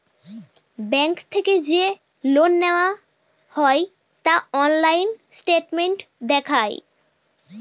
bank থেকে যে loan নেওয়া হয় তা অনলাইন স্টেটমেন্ট দেখায়